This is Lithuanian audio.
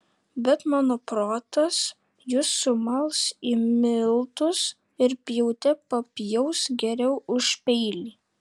bet mano protas jus sumals į miltus ir pjaute papjaus geriau už peilį